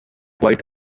quite